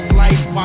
life